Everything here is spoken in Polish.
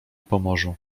pomorzu